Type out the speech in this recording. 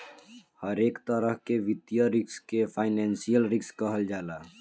हरेक तरह के वित्तीय रिस्क के फाइनेंशियल रिस्क कहल जाला